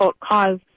cause